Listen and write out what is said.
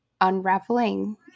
unraveling